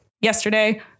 yesterday